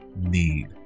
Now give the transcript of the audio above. need